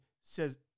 says